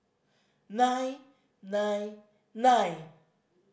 nine nine nine